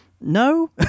no